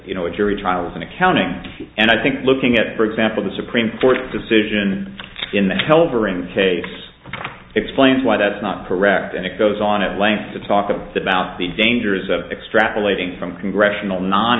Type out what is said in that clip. you know a jury trial is an accounting and i think looking at for example the supreme court decision in the helper in case explained why that's not correct and it goes on at length to talk about about the dangers of extrapolating from congressional non